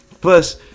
Plus